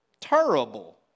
Terrible